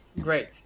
Great